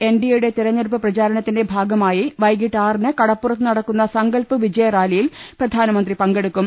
എൻഡിഎയുടെ തെരെഞ്ഞെടുപ്പ് പ്രചാരണത്തിന്റെ ഭാഗമായി വൈകിട്ട് ആറിന് കടപ്പുറത്ത് നട ക്കുന്ന വിജയ്സങ്കൽപറാലിയിൽ പ്രധാനമന്ത്രി പങ്കെടുക്കും